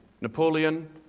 Napoleon